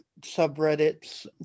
subreddits